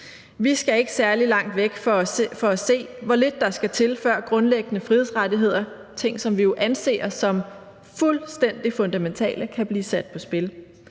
Vi skal ikke særlig langt væk for at se, hvor lidt der skal til, før grundlæggende frihedsrettigheder – ting, som vi jo anser som fuldstændig fundamentale – kan blive sat på spil.